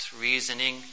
reasoning